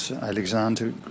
Alexander